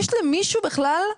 יש למישהו בכלל,